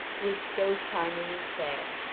who is so charming and fair,